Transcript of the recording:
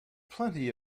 plenty